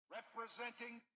representing